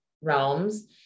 realms